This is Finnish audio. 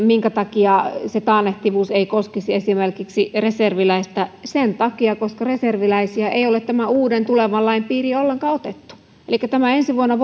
minkä takia se taannehtivuus ei koskisi esimerkiksi reserviläistä sen takia koska reserviläisiä ei ole tämän uuden tulevan lain piiriin ollenkaan otettu elikkä tässä ensi vuonna